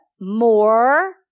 More